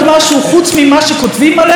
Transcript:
נגיד, ביטחון למשל?